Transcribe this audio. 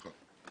נכון.